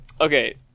Okay